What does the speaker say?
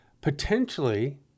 potentially